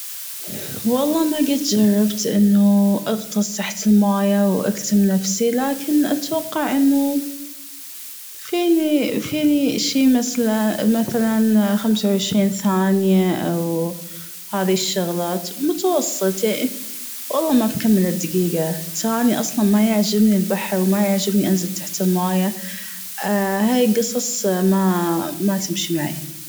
والله ما جد جربت أنه أغطس تحت المويه وأكتم نفسي لكن أتوقع أنه فيني شي مثلا مثلا خمس وعشرين ثانية أو هذي الشغلات متوسطين والله ما بكمل الدقيقة تراني أصلا ما يعجبني البحر ومايعجبني أنزل تحت المويه هي الجصص ما ماتمشي معي.